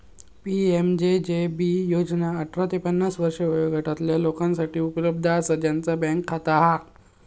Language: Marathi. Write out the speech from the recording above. पी.एम.जे.जे.बी योजना अठरा ते पन्नास वर्षे वयोगटातला लोकांसाठी उपलब्ध असा ज्यांचा बँक खाता हा